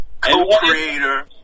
Co-creator